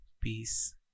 Peace